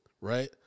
right